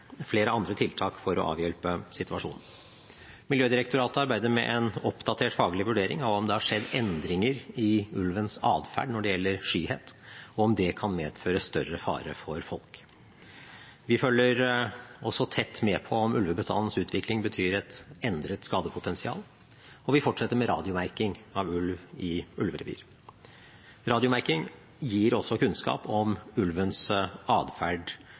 flere andre tiltak for å avhjelpe situasjonen. Miljødirektoratet arbeider med en oppdatert faglig vurdering av om det har skjedd endringer i ulvens adferd når det gjelder skyhet, og om det kan medføre større fare for folk. Vi følger også tett med på om ulvebestandens utvikling betyr et endret skadepotensial. Og vi fortsetter med radiomerking av ulv i ulverevir. Radiomerking gir også kunnskap om ulvens